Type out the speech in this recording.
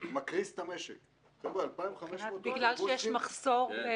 בגלל שיש מחסור.